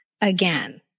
again